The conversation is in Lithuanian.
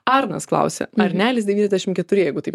arnas klausia arnelis devyniasdešim keturi jeigu taip